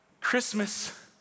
Christmas